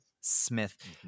Smith